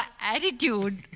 attitude